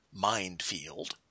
Mindfield